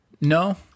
No